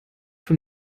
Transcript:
von